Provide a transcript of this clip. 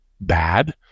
bad